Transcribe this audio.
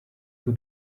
who